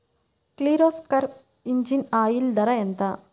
Kirloskar engine oil ధర ఎంత?